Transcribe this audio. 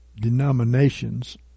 denominations